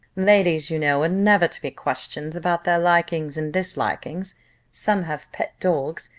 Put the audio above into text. ladies, you know, are never to be questioned about their likings and dislikings. some have pet dogs,